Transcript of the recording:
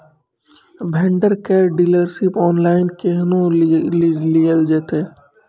Vendor केर dealership online केहनो लियल जेतै?